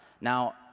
Now